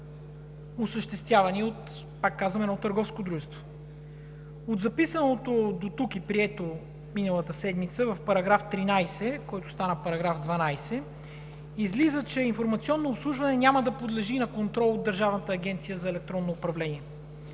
осъществявани, пак казвам, от едно търговско дружество. От записаното дотук и прието миналата седмица в § 13, който стана § 12, излиза, че „Информационно обслужване“ няма да подлежи на контрол от Държавна агенция „Електронно управление“